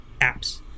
apps